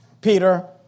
Peter